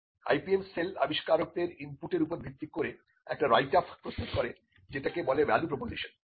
IPM cell আবিষ্কারকদের input এর উপর ভিত্তি করে একটি রাইট আপ প্রস্তুত করে যেটাকে বলে ভ্যালু প্রপোজিশন